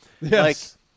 Yes